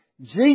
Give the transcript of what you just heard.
Jesus